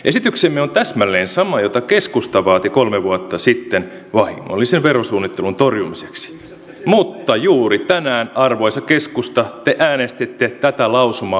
esityksemme on täsmälleen sama jota keskusta vaati kolme vuotta sitten vahingollisen verosuunnittelun torjumiseksi mutta juuri tänään arvoisa keskusta te äänestitte tätä lausumaa vastaan